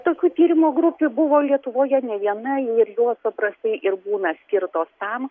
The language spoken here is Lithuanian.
tokių tyrimo grupių buvo lietuvoje ne viena ir jos paprastai ir būna skirtos tam